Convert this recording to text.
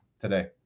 today